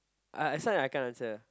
uh this one I cannot answer